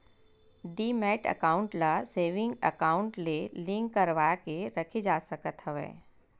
demat account ल saving account ले link करवाके रखे जा सकत हवय